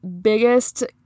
biggest